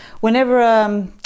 Whenever